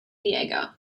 diego